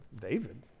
David